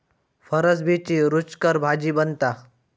फरसबीची रूचकर भाजी बनता